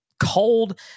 cold